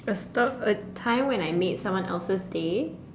a stop a time when I made someone else's day